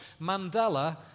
Mandela